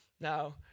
Now